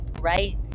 right